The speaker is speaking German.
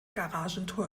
garagentor